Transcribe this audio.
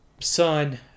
sun